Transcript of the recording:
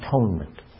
atonement